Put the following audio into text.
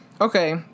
Okay